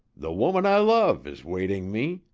the woman i love is waiting me,